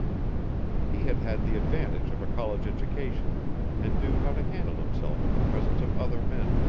he had had the advantage of a college education and knew how to handle himself in the presence of other men,